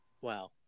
wow